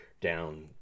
down